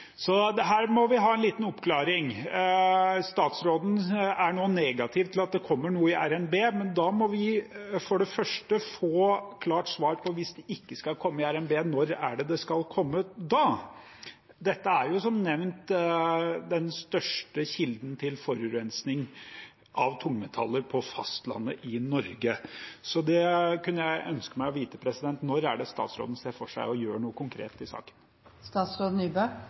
så her må vi ha en liten oppklaring. Statsråden er nå negativ til at det kommer noe i RNB. Da må vi for det første få klart svar på, hvis det ikke skal komme i RNB: Når skal det komme da? Dette er som nevnt den største kilden til forurensning av tungmetaller på fastlandet i Norge, så det kunne jeg ønske å vite. Når er det statsråden ser for seg å gjøre noe konkret i saken?